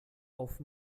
auf